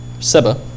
seba